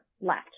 left